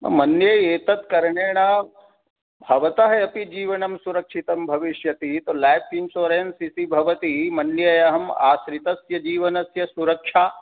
मन्ये एतत्करणेन भवतः अपि जीवनं सुरक्षितं भविष्यति तो लैफ़् इन्शोरेन्स इति भवति मन्येऽहम् आश्रितस्य जीवनस्य सुरक्षा